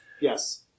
Yes